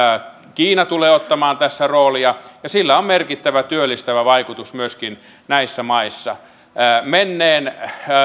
kiina tulee ottamaan tässä roolia ja sillä on merkittävä työllistävä vaikutus myöskin näissä maissa menneen